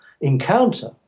encounter